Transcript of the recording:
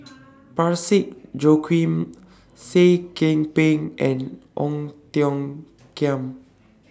Parsick Joaquim Seah Kian Peng and Ong Tiong Khiam